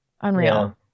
Unreal